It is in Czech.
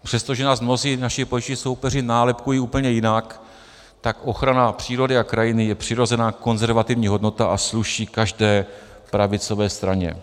Přestože nás mnozí naši političtí soupeři nálepkují úplně jinak, tak ochrana přírody a krajiny je přirozená konzervativní hodnota a sluší každé pravicové straně.